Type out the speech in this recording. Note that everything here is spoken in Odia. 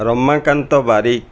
ରମାକାନ୍ତ ବାରିକ